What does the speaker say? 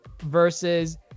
versus